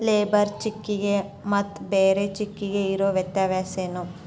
Labour ಚೆಕ್ಕಿಗೆ ಮತ್ತ್ ಬ್ಯಾರೆ ಚೆಕ್ಕಿಗೆ ಇರೊ ವ್ಯತ್ಯಾಸೇನು?